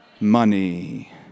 Money